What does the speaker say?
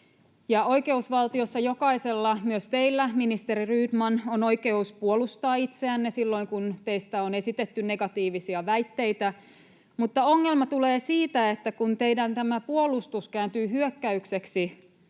Oikeusvaltiossa jokaisella, myös teillä, ministeri Rydman, on oikeus puolustaa itseänne, silloin kun teistä on esitetty negatiivisia väitteitä, mutta ongelma tulee siitä, kun tämä teidän puolustus kääntyy hyökkäykseksi